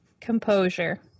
Composure